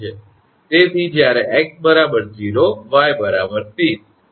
તેથી જ્યારે 𝑥 0 𝑦 𝑐